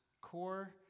core